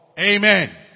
Amen